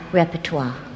repertoire